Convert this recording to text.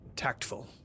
Tactful